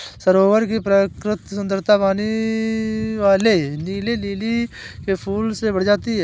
सरोवर की प्राकृतिक सुंदरता पानी वाले नीले लिली के फूल से बढ़ जाती है